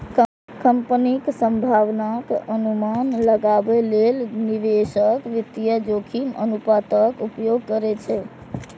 कंपनीक संभावनाक अनुमान लगाबै लेल निवेशक वित्तीय जोखिम अनुपातक उपयोग करै छै